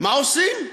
מה עושים.